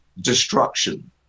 destruction